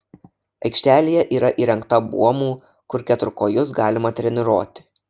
aikštelėje yra įrengta buomų kur keturkojus galima treniruoti